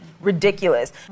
ridiculous